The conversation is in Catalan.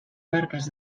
marques